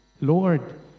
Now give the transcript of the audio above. Lord